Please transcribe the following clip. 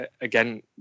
again